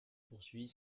poursuivit